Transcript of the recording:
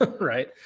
right